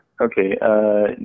Okay